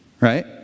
Right